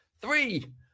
three